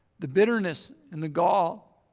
the bitterness and the gall.